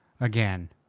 again